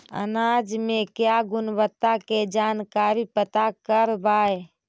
अनाज मे क्या गुणवत्ता के जानकारी पता करबाय?